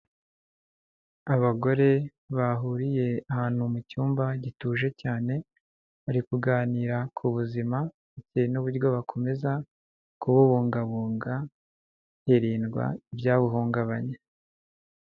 Abagore bahuriye ahantu mu cyumba gituje cyane, bari kuganira ku buzima bitewe n'uburyo bakomeza kububungabunga hirindwa ibyabuhungabanya.